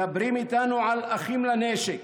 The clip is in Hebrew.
מדברים איתנו על אחים לנשק,